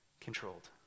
controlled